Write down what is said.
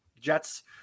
jets